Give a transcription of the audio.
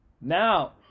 Now